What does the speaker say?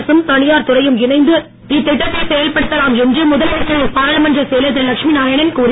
அரசும் தனியார் துறையும் இணைந்து இத்திட்டத்தை செயல்படுத்தலாம் என்று முதலமைச்சரின் பாராளுமன்றச் செயலர் திருலட்சுமிநாராயணன் கூறிஞர்